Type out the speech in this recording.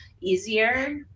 easier